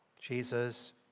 Jesus